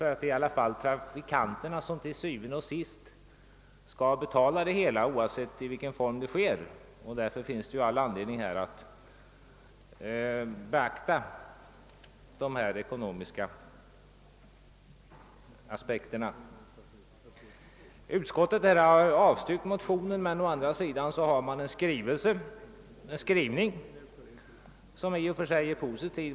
Det är til syvende og sidst trafikanterna som skall betala kostnaderna, och därför finns det all anledning att beakta de ekonomiska aspekterna. Utskottet har avstyrkt motionen, men utskottets skrivning är positiv.